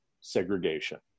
segregation